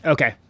Okay